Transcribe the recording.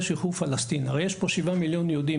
שחרור פלסטין?״ הרי יש פה 7 מיליון יהודים,